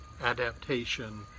adaptation